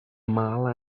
mile